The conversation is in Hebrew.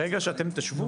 ברגע שאתם תשבו,